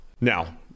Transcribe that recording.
now